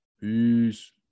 Peace